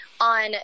on